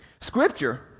Scripture